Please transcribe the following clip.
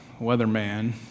weatherman